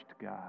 God